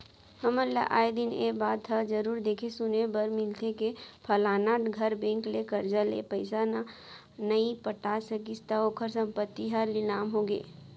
हमन ल आय दिन ए बात ह जरुर देखे सुने बर मिलथे के फलाना घर बेंक ले करजा ले पइसा न नइ पटा सकिस त ओखर संपत्ति ह लिलाम होगे